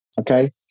Okay